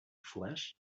flesh